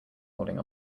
holding